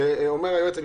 אומר היועץ המשפטי,